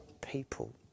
people